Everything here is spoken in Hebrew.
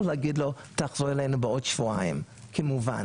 להגיד לו תחזור אלינו בעוד שבועיים כמובן.